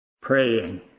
Praying